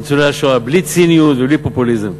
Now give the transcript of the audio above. בלי ציניות ובלי פופוליזם.